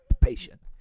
patient